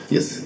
Yes